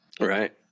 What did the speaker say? Right